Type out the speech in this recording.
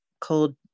cold